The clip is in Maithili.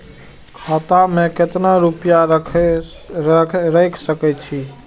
खाता में केतना रूपया रैख सके छी?